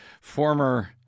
Former